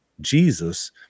Jesus